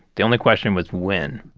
the only question was when?